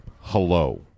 hello